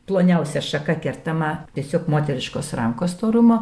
ploniausia šaka kertama tiesiog moteriškos rankos storumo